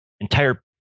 entire